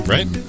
Right